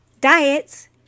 Diets